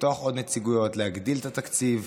לפתוח עוד נציגויות, להגדיל את התקציב,